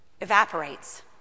evaporates